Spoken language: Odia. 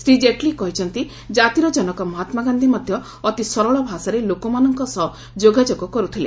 ଶ୍ରୀ ଜେଟ୍ଲୀ କହିଛନ୍ତି ଜାତିର ଜନକ ମହାତ୍ମାଗାନ୍ଧୀ ମଧ୍ୟ ଅତି ସରଳ ଭାଷାରେ ଲୋକମାନଙ୍କ ସହ ଯୋଗାଯୋଗ କରୁଥିଲେ